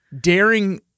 daring